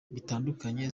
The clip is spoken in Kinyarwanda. bitandukanye